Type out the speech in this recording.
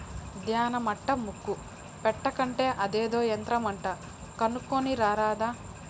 దాన్య మట్టా ముక్క పెట్టే కంటే అదేదో యంత్రమంట కొనుక్కోని రారాదా